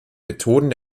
methoden